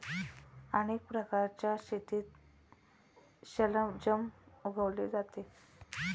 अनेक प्रकारच्या मातीत शलजम उगवले जाते